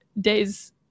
days